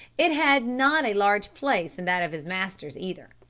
it had not a large place in that of his master either,